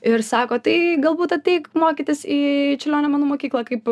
ir sako tai galbūt ateik mokytis į čiurlionio menų mokyklą kaip